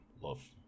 love